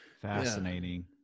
fascinating